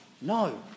No